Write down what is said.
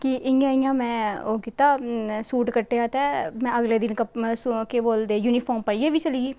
कि इ'यां इ'यां में ओह् कीता में सूट कट्टेआ ते में अगले दिन केह् बोलदे युनिफार्म पाइयै बी चली गेई